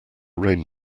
rain